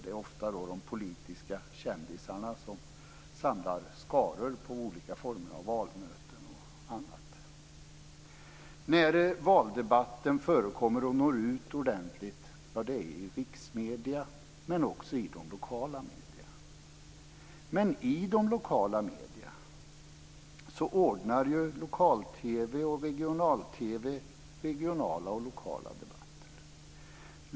Det är ofta de politiska kändisarna som samlar skaror på olika former av valmöten och annat. När valdebatten förekommer och når ut ordentligt är när den sker i riksmedier men också i de lokala medierna. I de lokala medierna ordnar lokal-TV och regional-TV regionala och lokala debatter.